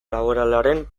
laboralaren